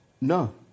No